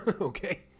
Okay